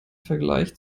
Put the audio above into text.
vergleich